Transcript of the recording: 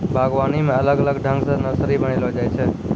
बागवानी मे अलग अलग ठंग से नर्सरी बनाइलो जाय छै